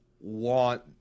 want